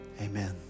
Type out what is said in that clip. Amen